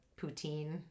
poutine